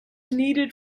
needed